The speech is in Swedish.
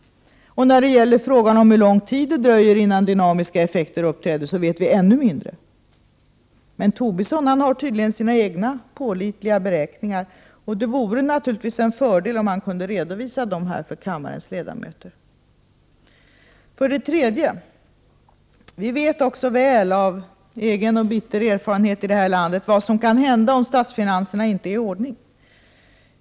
När det gäller frågan om hur lång tid det dröjer innan de dynamiska effekterna uppträder vet vi ännu mindre. Men Lars Tobisson har tydligen sina egna, pålitliga beräkningar. Det vore naturligtvis en fördel om han kunde redovisa dem för kammarens ledamöter. För det tredje: Vi vet också väl, av egen bitter erfarenhet i det här landet, vad som kan hända om statsfinanserna inte är i ordning.